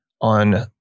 on